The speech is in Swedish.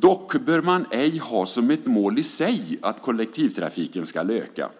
Dock bör man inte ha som ett mål i sig att kollektivtrafiken ska öka,